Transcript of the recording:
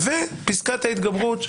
ופסקת ההתגברות,